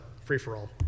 free-for-all